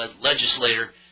legislator